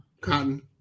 Cotton